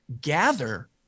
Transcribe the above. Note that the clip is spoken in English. gather